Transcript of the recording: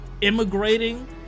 immigrating